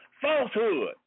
falsehood